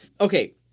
Okay